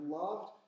loved